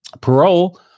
parole